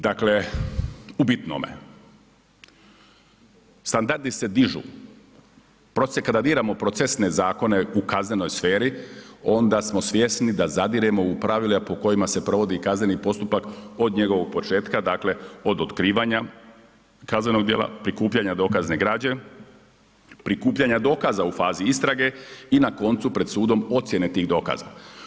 Dakle, u bitnome standardi se dižu, …/nerazumljivo/… procesne zakone u kaznenoj sferi onda smo svjesni da zadiremo u pravila po kojima se provodi kazneni postupak od njegovog početka, dakle od otkrivanja kaznenog djela, prikupljanja dokazne građe, prikupljanja dokaza u fazi istrage i na koncu pred sudom ocjene tih dokaza.